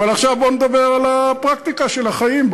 אבל עכשיו בוא נדבר על הפרקטיקה של החיים.